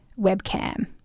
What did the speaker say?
webcam